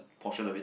portion a bit